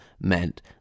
meant